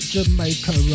Jamaica